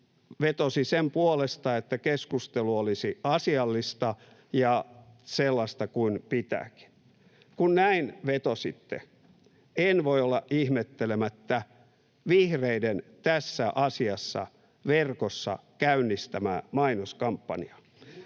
vetosi sen puolesta, että keskustelu olisi asiallista ja sellaista kuin pitääkin. Kun näin vetositte, en voi olla ihmettelemättä vihreiden tässä asiassa verkossa käynnistämää mainoskampanjaa.